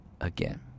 again